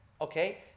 okay